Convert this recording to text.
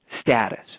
status